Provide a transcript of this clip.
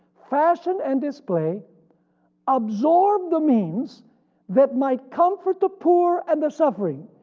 fashion and display absorb the means that might comfort the poor and the suffering.